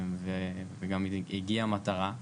וגם הגיעה מטרה.